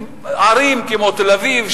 ערים כמו תל-אביב,